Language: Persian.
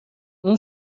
اون